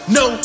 no